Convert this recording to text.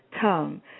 tongue